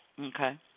Okay